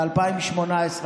ב-2018,